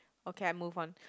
okay I move on